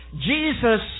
Jesus